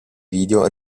video